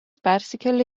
persikėlė